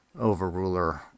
overruler